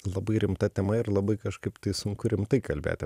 labai rimta tema ir labai kažkaip tai sunku rimtai kalbėti